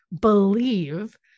believe